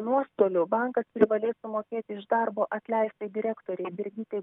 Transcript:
nuostolių bankas privalės sumokėti iš darbo atleistai direktorei brigitai